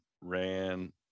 ran